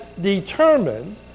determined